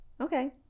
okay